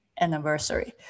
anniversary